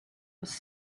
was